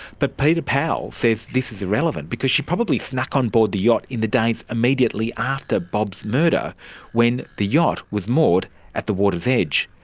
but peter powell says this is irrelevant because she probably snuck on board the yacht in the days immediately after bob's murder when the yacht was moored at the water's edge.